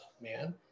man